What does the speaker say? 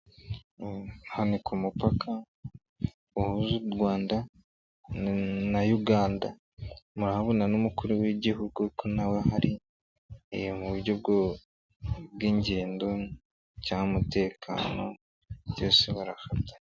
Hano ku mupaka uhuza u Rwanda na Uganda murabona n'umukuru w'igihugu ko nawe hariye mu buryo bw'ingendo cyangwa umutekano byose barafatanya.